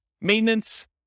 Maintenance